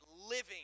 living